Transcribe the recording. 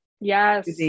Yes